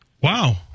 Wow